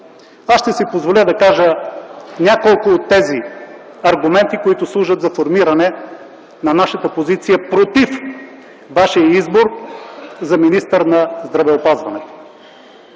Аз ще си позволя да кажа няколко от тези аргументи, които служат за формиране на нашата позиция против Вашия избор за министър на здравеопазването.